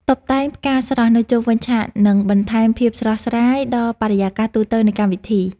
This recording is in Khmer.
តុបតែងផ្កាស្រស់នៅជុំវិញឆាកនឹងបន្ថែមភាពស្រស់ស្រាយដល់បរិយាកាសទូទៅនៃកម្មវិធី។